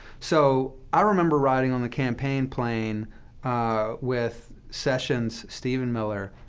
so i remember riding on the campaign plane with sessions, stephen miller,